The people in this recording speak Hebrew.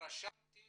התרשמתי